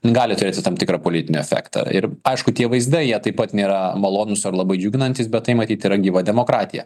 gali turėti tam tikrą politinį efektą ir aišku tie vaizdai jie taip pat nėra malonūs ar labai džiuginantys bet tai matyt yra gyva demokratija